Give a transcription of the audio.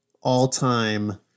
all-time